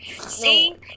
See